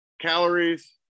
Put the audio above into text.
calories